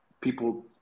people